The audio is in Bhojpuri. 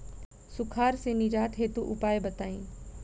सुखार से निजात हेतु उपाय बताई?